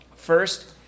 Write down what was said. First